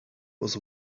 was